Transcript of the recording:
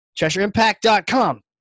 CheshireImpact.com